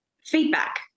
feedback